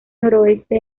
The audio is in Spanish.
noroeste